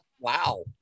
Wow